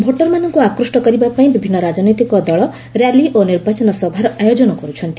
ଭୋଟର୍ମାନଙ୍କୁ ଆକୃଷ୍ କରିବାପାଇଁ ବିଭିନ୍ନ ରାଜନୈତିକ ଦଳ ର୍ୟାଲି ଓ ନିର୍ବାଚନ ସଭାର ଆୟୋଜନ କରୁଛନ୍ତି